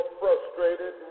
frustrated